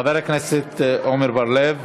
חבר הכנסת עמר בר-לב,